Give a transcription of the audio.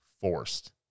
forced